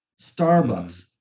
Starbucks